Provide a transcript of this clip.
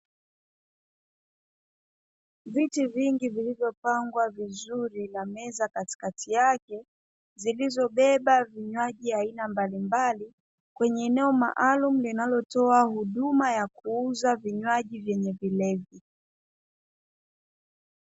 Viti vingi vilivyopangwa vizuri na meza katikati yake, zilizobeba vinywaji aina mbalimbali kwenye eneo maalumu linalotoa huduma ya kuuza vinjwaji vyenye vilevi.